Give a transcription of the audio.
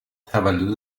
تولد